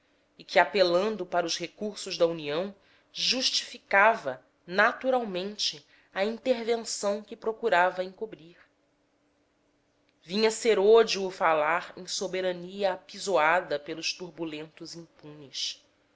e que apelando para os recursos da união justificava naturalmente a intervenção que procurava encobrir vinha serôdio o falar em soberania apisoada pelos turbulentos impunes